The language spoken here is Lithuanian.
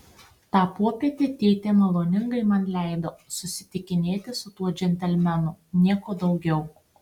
tą popietę tėtė maloningai man leido susitikinėti su tuo džentelmenu nieko daugiau